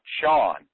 Sean